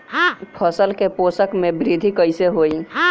फसल के पोषक में वृद्धि कइसे होई?